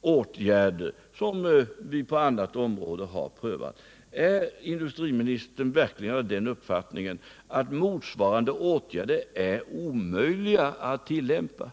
åtgärder som vi har prövat på annat område. Är industriministern verkligen av den uppfattningen att motsvarande åtgärder är omöjliga att tillämpa?